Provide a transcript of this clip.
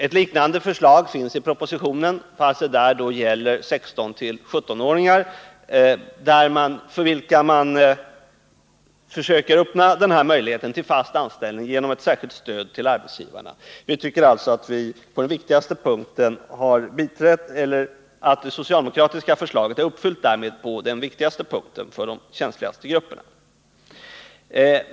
Propositionen innehåller ett liknande förslag, men det förslaget gäller 16—17-åringar, för vilka man försöker skapa möjligheter till fast anställning genom ett särskilt stöd till arbetsgivarna. Vi tycker därför att det socialdemokratiska förslaget är tillgodosett på den viktigaste punkten när det gäller de känsligaste grupperna.